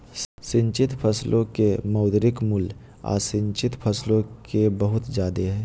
सिंचित फसलो के मौद्रिक मूल्य असिंचित फसल से बहुत जादे हय